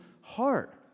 heart